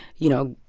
you know,